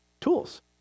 tools